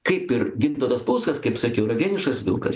kaip ir gintautas paluckas kaip sakiau yra vienišas vilkas